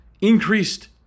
increased